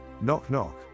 Knock-knock